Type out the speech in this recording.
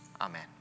Amen